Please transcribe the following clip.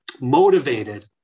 motivated